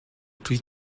pre